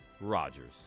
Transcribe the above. Rodgers